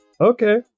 okay